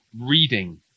reading